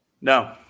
No